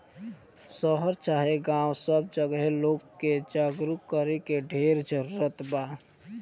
शहर चाहे गांव सब जगहे लोग के जागरूक करे के ढेर जरूरत बा